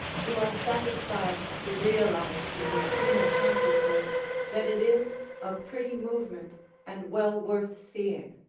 you are satisfied to realize in your inner consciousness that it is a pretty movement and well worth seeing.